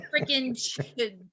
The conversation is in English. freaking